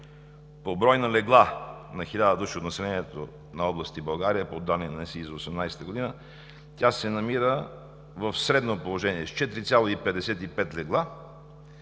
По брой на легла на 1000 души от населението на области в България, по данни на НСИ за 2018 г., тя се намира в средно положение – с 4,55 легла,